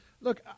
look